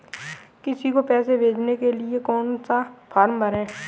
किसी को पैसे भेजने के लिए कौन सा फॉर्म भरें?